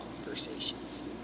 conversations